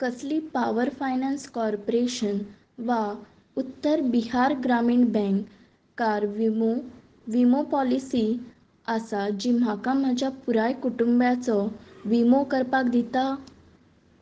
कसली power finance corporation वा Uttar Bihar Gramin bank कार विमो विमो पॉलिसी आसा जी म्हाका म्हज्या पुराय कुटुंब्याचो विमो करपाक दिता